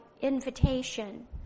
invitation